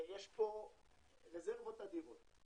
יש פה רזרבות אדירות.